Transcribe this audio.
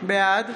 בעד